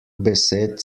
besed